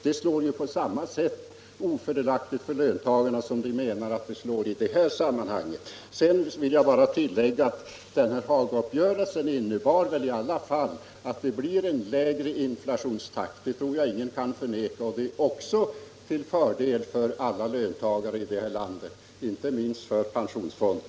Det slår lika ofördelaktigt i detta sammanhang som för löntagare. Jag vill tillägga att Hagauppgörelsen i alla fall innebar att det blir en lägre inflationstakt — det tror jag ingen kan förneka — vilket är till fördel för alla löntagare i detta land och inte minst för pensionärerna.